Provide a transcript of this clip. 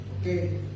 okay